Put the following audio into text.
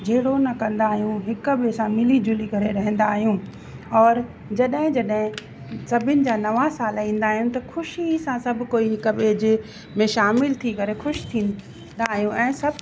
जहिड़ो न कंदा आहियूं हिक ॿिए सां मिली जुली करे रहंदा आहियूं और जॾहिं जॾहिं सभिनि जा नवां साल ईंदा आहिनि त ख़ुशी सां सभु कोई हिक ॿिए जे में शामिल थी करे ख़ुशि थींदा आहियूं ऐं सभु